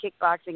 kickboxing